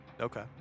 okay